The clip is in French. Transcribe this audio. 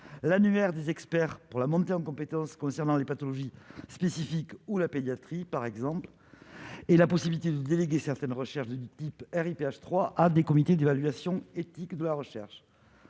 l'annuaire des experts pour la montée en compétence concernant les pathologies spécifiques ou la pédiatrie, par exemple, et la possibilité de déléguer certaines recherches du type RIP H3 à des comités d'évaluation éthique de la recherche,